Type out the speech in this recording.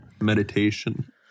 meditation